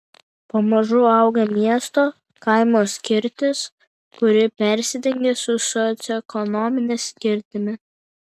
pamažu auga miesto kaimo skirtis kuri persidengia su socioekonomine skirtimi